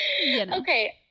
Okay